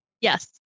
Yes